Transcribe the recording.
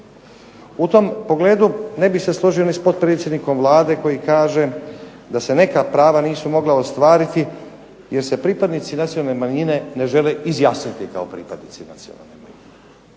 U tom pogledu ne bih se složio ni s potpredsjednikom Vlade koji kaže da se neka prava nisu mogla ostvariti jer se pripadnici nacionalne manjine ne žele izjasniti kao pripadnici nacionalne manjine